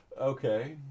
Okay